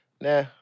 nah